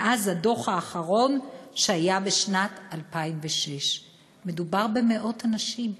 מאז הדוח האחרון שהיה בשנת 2006. מדובר במאות אנשים,